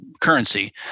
currency